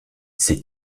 c’est